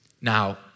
Now